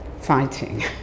fighting